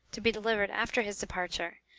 to be delivered after his departure,